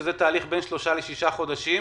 שזה תהליך בין שלושה לשישה חודשים,